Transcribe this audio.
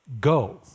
Go